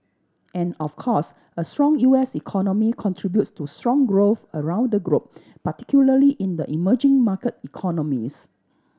and of course a strong U S economy contributes to strong growth around the globe particularly in the emerging market economies